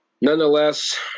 nonetheless